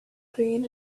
green